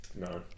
No